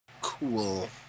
Cool